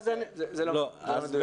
זה לא מדויק.